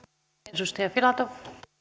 arvoisa